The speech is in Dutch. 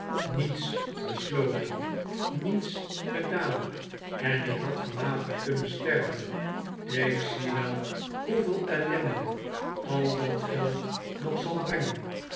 niets besloten niets gedaan en ik had vanavond kunnen sterven ik zie wel hoeveel ellende al dat geld nog zal brengen